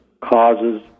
causes